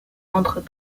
entrent